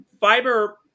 fiber